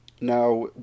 Now